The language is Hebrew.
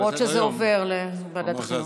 למרות שזה עובר לוועדת החינוך,